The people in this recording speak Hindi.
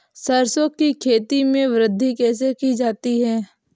सरसो की खेती में वृद्धि कैसे की जाती है?